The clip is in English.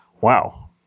Wow